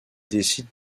décide